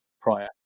prior